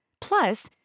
Plus